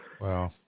Wow